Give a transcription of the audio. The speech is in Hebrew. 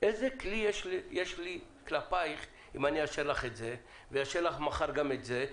איזה כלי יש לי כלפייך אם אני אאשר לך את זה ואאשר לך מחר גם את זה,